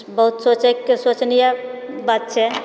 बहुत सोचएके शोचनीए बात छै